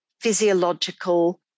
physiological